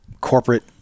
corporate